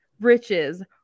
riches